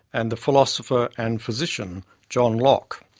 and the philosopher and physician, john locke.